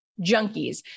junkies